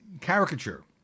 caricature